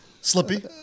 Slippy